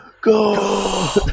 go